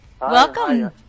Welcome